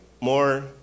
more